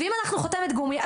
ואם אנחנו חותמת גומי,